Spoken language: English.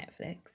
Netflix